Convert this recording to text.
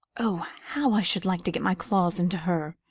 oh, how i should like to get my claws into her!